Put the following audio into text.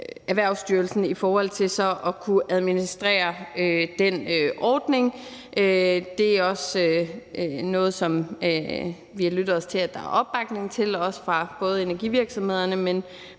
Erhvervsstyrelsen i forhold til så at kunne administrere den ordning. Det er også noget, som vi har lyttet os til at der er opbakning til, både fra energivirksomhederne, men